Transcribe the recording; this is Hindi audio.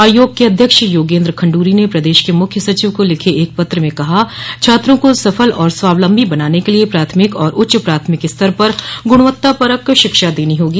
आयोग के अध्यक्ष योगेंद्र खंडूरी ने प्रदेश के मुख्य सचिव को लिखे एक पत्र में कहा छात्रों को सफल और स्वावलम्बी बनाने के लिए प्राथमिक और उच्च प्राथमिक स्तर पर गुणवत्तापरक शिक्षा देनी होगी